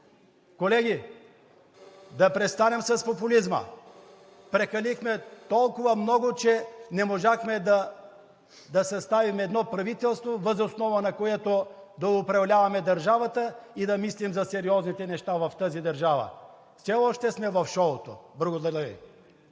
Колеги, да престанем с популизма. Прекалихме толкова много, че не можахме да съставим едно правителство, въз основа на което да управляваме държавата и да мислим за сериозните неща в тази държава. Все още сме в шоуто! Благодаря Ви.